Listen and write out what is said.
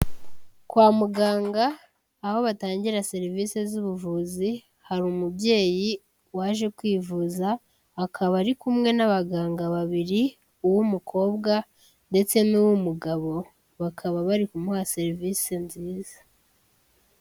Kwa muganga aho batangira serivisi z'ubuvuzi, hari umubyeyi waje kwivuza akaba ari kumwe n'abaganga babiri uw'umukobwa ndetse n'uw'umugabo, bakaba bari kumuha serivisi nziza.